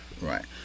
right